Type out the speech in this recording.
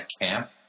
camp